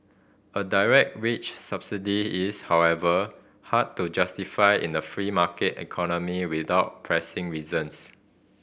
a direct wage subsidy is however hard to justify in a free market economy without pressing reasons